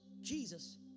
Jesus